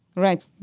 right.